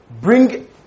bring